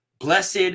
blessed